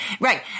Right